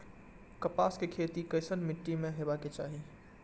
कपास के खेती केसन मीट्टी में हेबाक चाही?